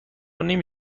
نمی